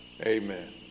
Amen